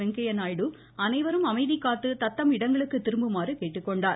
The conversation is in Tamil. வெங்கைய நாயடு அனைவரும் அமைதி காத்து தத்தம் இடங்களுக்கு திரும்புமாறு கேட்டுக்கொண்டார்